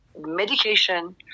medication